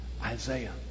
Isaiah